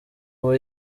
ubu